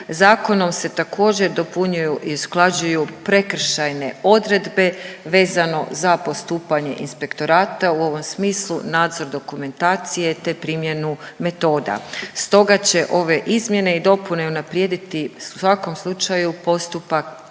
Zakonom se također dopunjuju i usklađuju prekršajne odredbe vezano za postupanje inspektorata u ovom smislu, nadzor dokumentacije te primjenu metoda. Stoga će ove izmjene i dopune unaprijediti u svakom slučaju postupak,